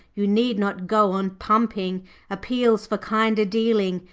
you need not go on pumping appeals for kinder dealing,